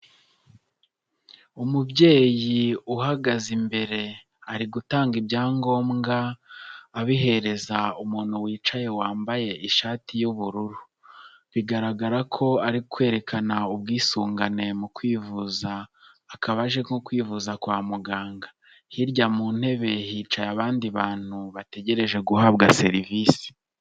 Umubyeyi uhagaze imbere ari gutanga ibyangombwa abihereza umuntu wicaye wambaye ishati y'ubururu, bigaragara ko ari kwerekana ubwisungane mu kwivuza, akaba aje nko kwivuza kwa muganga. Hirya mu ntebe hicaye abandi bantu bategereje guhabwa serivisi.